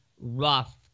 rough